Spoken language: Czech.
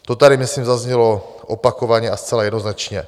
To tady myslím zaznělo opakovaně a zcela jednoznačně.